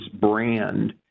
brand